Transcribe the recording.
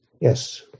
Yes